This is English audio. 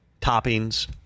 toppings